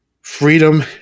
freedom